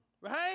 Right